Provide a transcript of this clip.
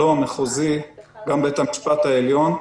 שלום, מחוזי, גם בית המשפט העליון,